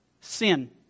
Sin